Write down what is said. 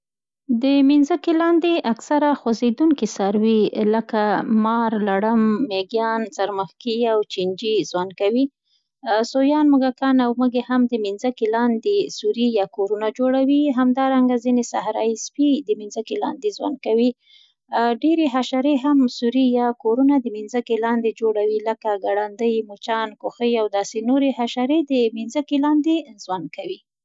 د مینځکې لاندې اکثره خوځېدونکي څاروي، لکه: مار، لړم، مېږیان، څرمښکۍ او چینچي زوند کوي. سویان، موږکان او مږې هم د مینځکي لاندې سوري یا کورونه جوړوي. همدارنګه ځیني سحرایي سپی د مینځکې لاندې زوند کوي. ډېرې حشرې هم سوري یا کورونه د مینځکې لاندې جوړوي، لکه: ګړندۍ، مچان، کوخۍ او داسې نورې حشرې د مینځکې لاندې زوند کوي.